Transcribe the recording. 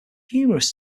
humorous